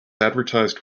advertised